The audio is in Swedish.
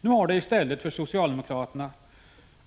Nu har det i stället